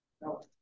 No